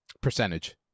Percentage